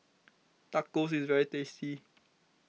Tacos is very tasty